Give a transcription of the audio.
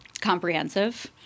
comprehensive